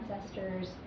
ancestors